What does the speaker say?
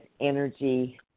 energy